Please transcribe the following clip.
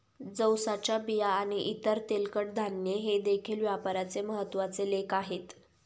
जवसाच्या बिया आणि इतर तेलकट धान्ये हे देखील व्यापाराचे महत्त्वाचे लेख आहेत